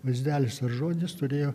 vaizdelis ar žodis turėjo